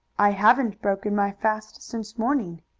i haven't broken my fast since morning.